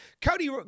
Cody